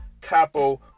Capo